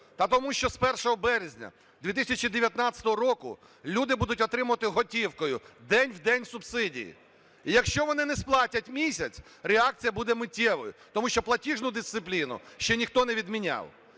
тому що з 1 березня 2019 року люди будуть отримувати готівкою день в день субсидії, і якщо вони не сплатять місяць, реакція буде миттєвою, тому що платіжну дисципліну ще ніхто не відміняв.